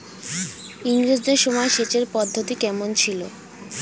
ইঙরেজদের সময় সেচের পদ্ধতি কমন ছিল?